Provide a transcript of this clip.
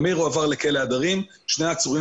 אמיר הועבר לכלא הדרים ושני העצורים